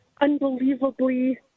unbelievably